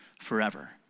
forever